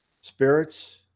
Spirits